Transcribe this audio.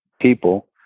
people